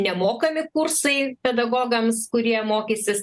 nemokami kursai pedagogams kurie mokysis